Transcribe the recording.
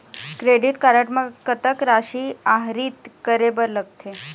Credit card म कतक राशि आहरित करे बर लगथे?